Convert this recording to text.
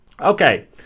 Okay